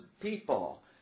people